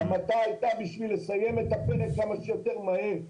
ההמתה הייתה בשביל לסיים את הפרק כמה שיותר מהר.